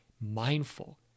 mindful